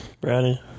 Brownie